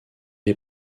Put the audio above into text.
est